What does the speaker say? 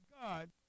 God